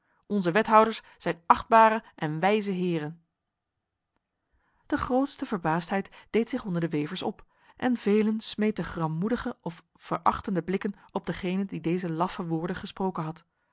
onze wethouders zijn achtbare en wijze heren de grootste verbaasdheid deed zich onder de wevers op en velen smeten grammoedige of verachtende blikken op degene die deze laffe woorden gesproken had